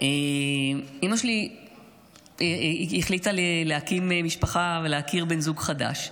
אימא שלי החליטה להקים משפחה ולהכיר בן זוג חדש,